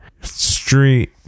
street